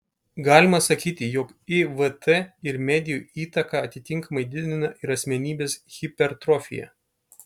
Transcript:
galima sakyti jog ivt ir medijų įtaka atitinkamai didina ir asmenybės hipertrofiją